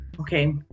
okay